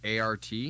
ART